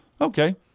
okay